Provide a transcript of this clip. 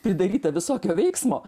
pridaryta visokio veiksmo